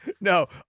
No